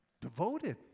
devoted